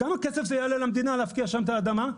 כמה כסף יעלה למדינה להפקיע שם את האדמה?